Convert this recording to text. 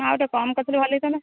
ଆଉ ଟିକେ କମ୍ କରିଥିଲେ ଭଲ ହୋଇଥାନ୍ତା